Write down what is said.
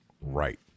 right